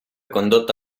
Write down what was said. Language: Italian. condotto